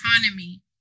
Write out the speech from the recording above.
economy